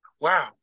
Wow